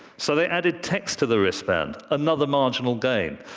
so they added text to the wristband another marginal gain.